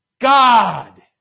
God